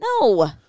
No